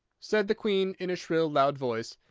said the queen, in a shrill, loud voice,